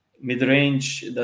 mid-range